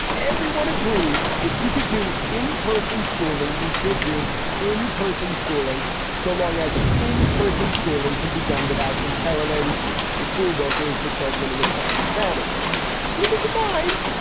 everyone agrees. if you could do in-person schooling, you should do in-person schooling so long as in-person schooling can be done without imperiling the school workers, the children and the children's families. so with this in mind,